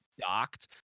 docked